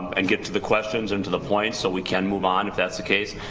and get to the questions, and to the point so we can move on if that's the case,